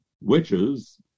witches